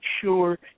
sure